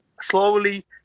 slowly